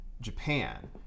Japan